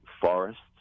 forests